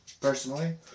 personally